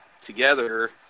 together